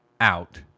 out